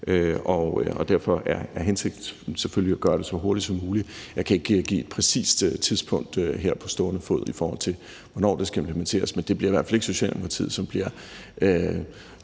og derfor er hensigten selvfølgelig at gøre det så hurtigt som muligt. Jeg kan ikke give et præcist tidspunkt her på stående fod, i forhold til hvornår det skal implementeres, men det er i hvert fald ikke Socialdemokratiet, som bliver